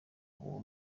uwo